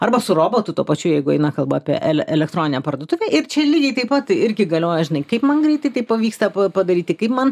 arba su robotu tuo pačiu jeigu eina kalba apie el elektroninę parduotuvę ir čia lygiai taip pat irgi galioja žinai kaip man greitai kaip pavyksta padaryti kaip man